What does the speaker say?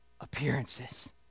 appearances